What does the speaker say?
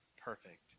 perfect